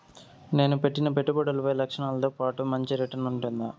నేను పెట్టిన పెట్టుబడులపై రక్షణతో పాటు మంచి రిటర్న్స్ ఉంటుందా?